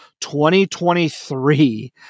2023